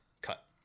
Cut